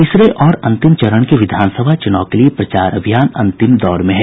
तीसरे और अंतिम चरण के विधानसभा चुनाव के लिए प्रचार अभियान अंतिम दौर में है